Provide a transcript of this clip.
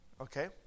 Okay